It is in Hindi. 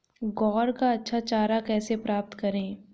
ग्वार का अच्छा चारा कैसे प्राप्त करें?